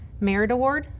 merit award,